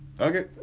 okay